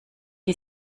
die